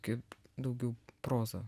kaip daugiau prozą